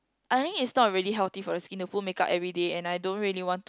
I think it's not really healthy for the skin to put make-up everyday and I don't really want to